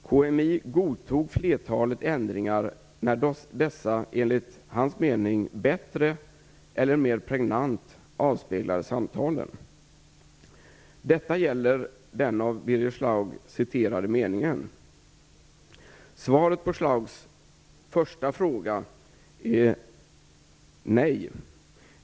KMI godtog flertalet ändringar när dessa enligt hans mening bättre eller mer pregnant avspeglade samtalen. Detta gäller den av Birger Schlaug citerade meningen. Svaret på Schlaugs första fråga är nej.